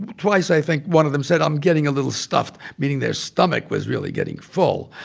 twice, i think, one of them said, i'm getting a little stuffed, meaning their stomach was really getting full.